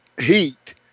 heat